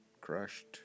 crushed